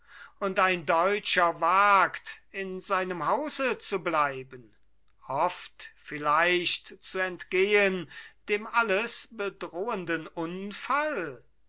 und ein deutscher wagt in seinem hause zu bleiben hofft vielleicht zu entgehen dem alles bedrohenden unfall